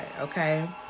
okay